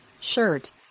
shirt